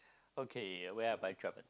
okay where have I